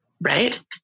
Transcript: Right